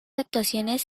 actuaciones